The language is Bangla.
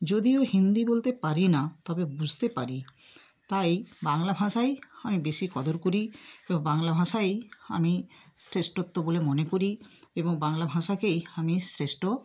যদিও হিন্দি বলতে পারি না তবে বুঝতে পারি তাই বাংলা ভাষাই আমি বেশি কদর করি এবং বাংলা ভাষাই আমি শ্রেষ্ঠত্ব বলে মনে করি এবং বাংলা ভাষাকেই আমি শ্রেষ্ঠ